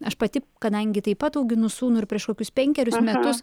aš pati kadangi taip pat auginu sūnų ir prieš kokius penkerius metus